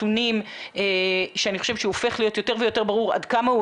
נתונים שאני חושבת שהופך להיות יותר ויותר ברור עד כמה הוא